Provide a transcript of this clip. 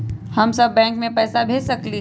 हम सब बैंक में पैसा भेज सकली ह?